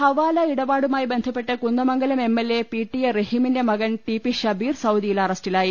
ഹവാല ഇടപാടുമായി ബന്ധപ്പെട്ട് Kunnamangalam M L A P T A റഹീമിന്റെ മകൻ ടി പി ഷബീർ സൌദിയിൽ അറ സ്റ്റിലായി